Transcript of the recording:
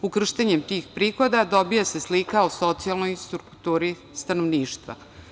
Ukrštanjem tih prihoda dobija se slika o socijalnoj strukturi stanovništva.